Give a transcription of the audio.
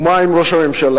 ומה עם ראש הממשלה?